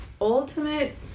Ultimate